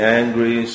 angry